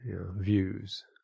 views